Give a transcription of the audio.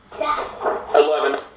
Eleven